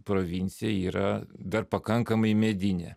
provincija yra dar pakankamai medinė